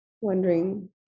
wondering